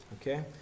Okay